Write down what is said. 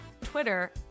Twitter